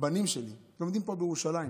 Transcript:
הבנים שלי לומדים פה בירושלים.